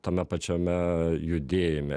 tame pačiame judėjime